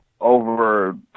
over